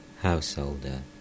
Householder